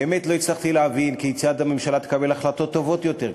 באמת לא הצלחתי להבין כיצד הממשלה תקבל החלטות טובות יותר,